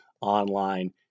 online